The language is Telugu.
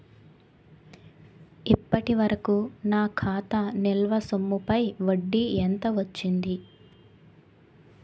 ఇప్పటి వరకూ నా ఖాతా నిల్వ సొమ్ముపై వడ్డీ ఎంత వచ్చింది?